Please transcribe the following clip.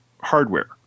hardware